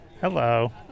Hello